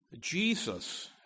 Jesus